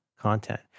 content